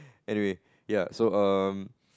anyway ya so um